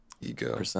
ego